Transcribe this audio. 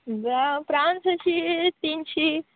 प्रावन्स अशीं तिनशी